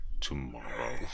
tomorrow